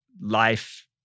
life